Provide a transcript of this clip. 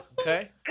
Okay